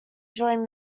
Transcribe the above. joined